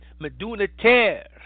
Medunater